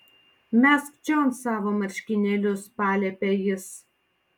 mesk čion savo marškinėlius paliepė jis